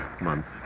month's